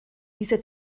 diese